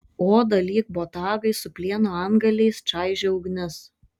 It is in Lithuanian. odą lyg botagai su plieno antgaliais čaižė ugnis